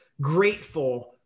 grateful